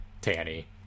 Tanny